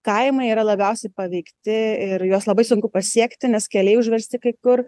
kaimai yra labiausiai paveikti ir juos labai sunku pasiekti nes keliai užversti kai kur